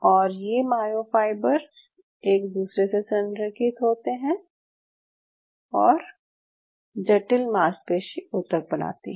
और ये मायोफाइबर एक दूसरे से संरेखित होते हैं और जटिल मांसपेशी ऊतक बनाती हैं